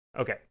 Okay